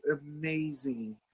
amazing